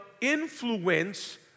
influence